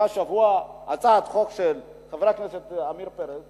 עלתה השבוע הצעת חוק של חבר הכנסת עמיר פרץ